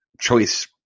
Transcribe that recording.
choice